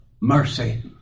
Mercy